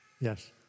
yes